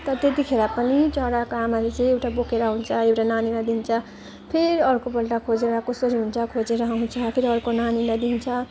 तर तेतिखेर पनि चराको आमाले चाहिँ एउटा बोकेर आउँछ एउटा नानीलाई दिन्छ फेरि अर्कोपल्ट खोजेर कसरी हुन्छ खोजेर आउँछ फेरि अर्को नानीलाई दिन्छ